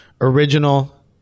original